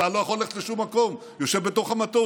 הקהל לא יכול ללכת לשום מקום, יושב בתוך המטוס.